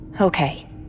Okay